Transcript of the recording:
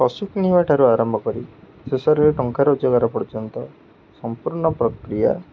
ପଶୁ କିଣିବାଠାରୁ ଆରମ୍ଭ କରି ଶେଷରରେ ଟଙ୍କା ରୋଜଗାର ପର୍ଯ୍ୟନ୍ତ ସମ୍ପୂର୍ଣ୍ଣ ପ୍ରକ୍ରିୟା